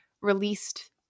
released